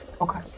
Okay